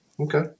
Okay